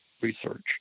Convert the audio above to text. research